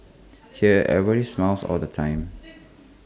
here everybody smiles all the time